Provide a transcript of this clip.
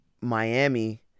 Miami